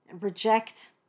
reject